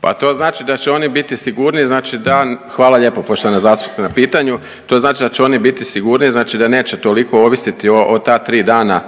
Pa to znači da će oni biti sigurniji, znači da. Hvala lijepo poštovana zastupnice na pitanju. To znači da će oni biti sigurniji, znači da neće toliko ovisiti o ta 3 dana